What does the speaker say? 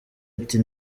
ati